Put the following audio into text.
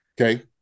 Okay